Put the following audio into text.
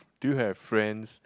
do you have friends